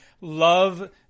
love